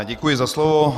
Děkuji za slovo.